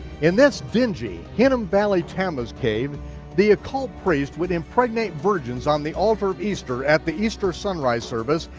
in this dingy, hidden-valley tammuz cave the occult priest would impregnate virgins on the altar of easter at the easter sunrise service,